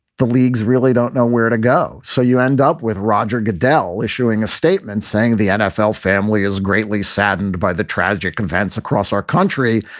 the leagues really don't know where to go. so you end up with roger goodell issuing a statement saying the nfl family is greatly saddened by the tragic events across our country.